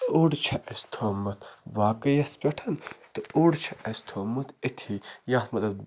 اوٚڑ چھےٚ اَسہِ تھوٚمُت واقٕے یَس پٮ۪ٹھ تہٕ اوٚڑ چھِ اَسہِ تھوٚمُت أتھی یَتھ منٛز